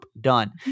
done